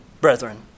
brethren